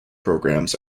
programs